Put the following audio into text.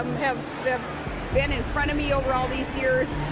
have been in front of me over all these years